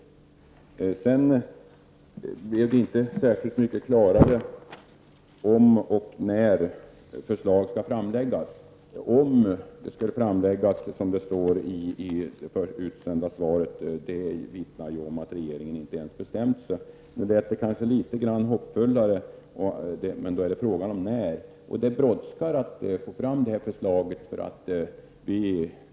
Justitieministern skapade inte särskilt mycket större klarhet när det gäller om och när förslag skall framläggas. ”Om ——— ett förslag kan läggas fram”, som det står i svaret, vittnar ju om att regeringen inte ens bestämt sig. Nu lät justitieministern emellertid hoppfullare, men frågan är när förslag skall framläggas. Förslaget brådskar.